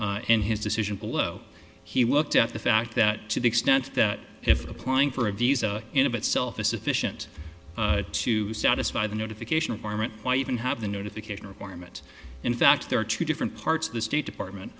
in his decision below he worked out the fact that to the extent that if applying for a visa in of itself is sufficient to satisfy the notification of harman why even have the notification requirement in fact there are two different parts of the state department